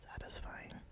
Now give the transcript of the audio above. satisfying